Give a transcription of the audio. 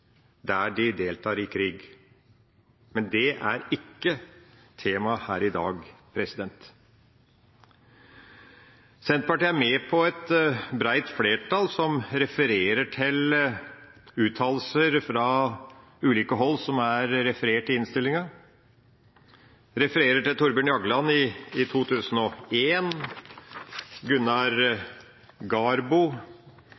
der de deltar i krig. Men det er ikke temaet her i dag. Senterpartiet er med på et bredt flertall som refererer til uttalelser fra ulike hold i innstillinga. Vi refererer til Thorbjørn Jagland i 2001, Gunnar Garbo i